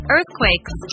Earthquakes